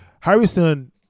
Harrison